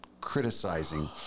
criticizing